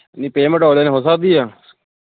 ਨਹੀਂ payment online ਹੋ ਸਕਦੀ ਆ